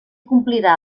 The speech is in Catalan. complirà